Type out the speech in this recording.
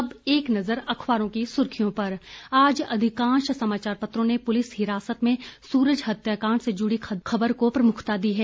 अब एक नजर अखबारों की सुर्खियों पर आज अधिकांश समाचार पत्रों ने पुलिस हिरासत में सूरज हत्याकांड से जुड़ी खबर को प्रमुखता दी है